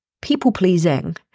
people-pleasing